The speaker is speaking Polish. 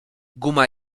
guma